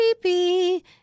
creepy